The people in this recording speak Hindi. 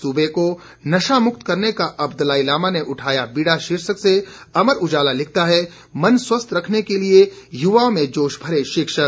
सूबे को नशामुक्त करने का अब दलाईलाम ने उठाया बीड़ा शीर्षक से अमर उजाला लिखता है मन स्वस्थ रखने के लिए युवाओं में जोश भरे शिक्षक